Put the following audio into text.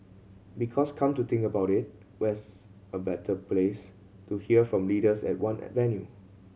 because come to think about it where's a better place to hear from leaders at one venue